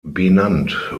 benannt